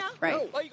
Right